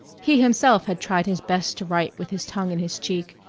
he himself had tried his best to write with his tongue in his cheek.